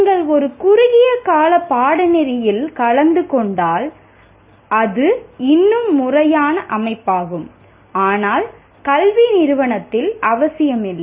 நீங்கள் ஒரு குறுகிய கால பாடநெறியில் கலந்து கொண்டால் அது இன்னும் முறையான அமைப்பாகும் ஆனால் கல்வி நிறுவனத்தில் அவசியமில்லை